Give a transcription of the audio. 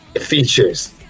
features